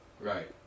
right